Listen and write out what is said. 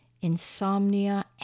insomnia